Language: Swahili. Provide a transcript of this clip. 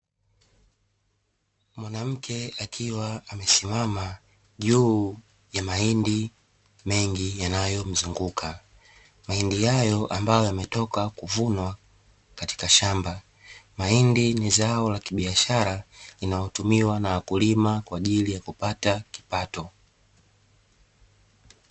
Mwanamke akiwa amesimama juu ya mahindi mengi yanayomzunguka, mahindi hayo yakiwa yametoka kuvunwa katika shamba. Mahindi ni zao la kibiashara linalotumiwa na wakulima kwa ajili ya kupata kipato.